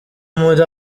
muri